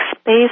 space